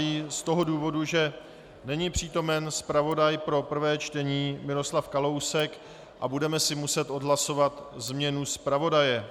Z toho důvodu, že není přítomen zpravodaj pro prvé čtení Miroslav Kalousek, budeme si muset odhlasovat změnu zpravodaje.